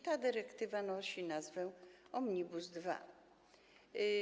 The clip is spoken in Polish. Ta dyrektywa nosi nazwę Omnibus II.